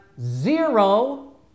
zero